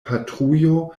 patrujo